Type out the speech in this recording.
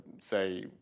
say